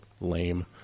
lame